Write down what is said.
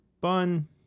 bun